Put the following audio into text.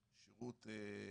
אז אל תתנו שירותים.